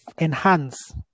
enhance